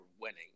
winning